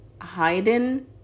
hiding